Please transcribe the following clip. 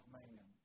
man